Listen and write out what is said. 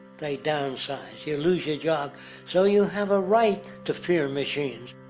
they downsize. you loose your job so you have a right to fear machines.